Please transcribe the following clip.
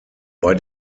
bei